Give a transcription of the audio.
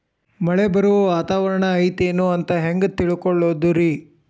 ಮಳೆ ಬರುವ ವಾತಾವರಣ ಐತೇನು ಅಂತ ಹೆಂಗ್ ತಿಳುಕೊಳ್ಳೋದು ರಿ?